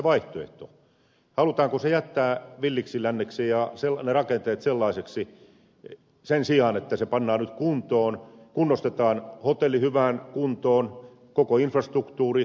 halutaanko se jättää villiksi länneksi ja ne rakenteet sellaisiksi sen sijaan että se pannaan nyt kuntoon kunnostetaan hotelli hyvään kuntoon koko infrastruktuuri jätevesijärjestelmineen